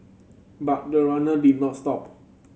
but the runner did not stop